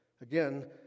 Again